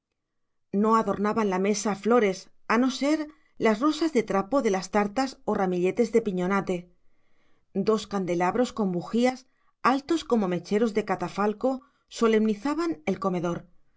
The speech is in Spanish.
no adornaban la mesa flores a no ser las rosas de trapo de las tartas o ramilletes de piñonate dos candelabros con bujías altos como mecheros de catafalco solemnizaban el comedor